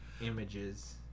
images